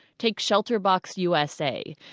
take shelterbox usa.